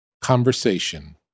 conversation